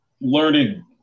learning